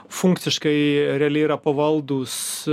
funkciškai realiai yra pavaldūs